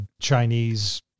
Chinese